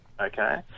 okay